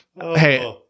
hey